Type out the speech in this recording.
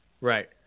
Right